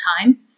time